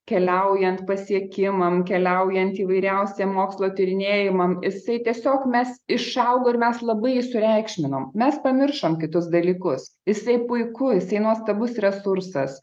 keliaujant pasiekimam keliaujant įvairiausiem mokslo tyrinėjimam jisai tiesiog mes išaugo ir mes labai jį sureikšminam mes pamiršom kitus dalykus jisai puiku jisai nuostabus resursas